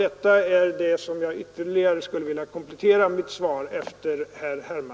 Jag har efter herr Hermanssons inlägg velat komplettera mitt svar med detta.